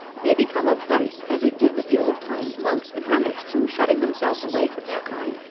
may become a vice, as it did with the old-time monks and hermits, who, shutting themselves away from their kind,